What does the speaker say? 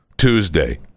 tuesday